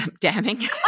damning